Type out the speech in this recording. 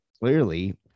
clearly